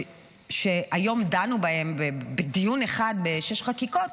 שהיום דנו בהן בדיון אחד בשש חקיקות,